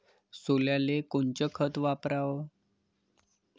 सोल्याले कोनचं खत वापराव?